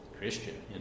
Christian